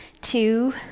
two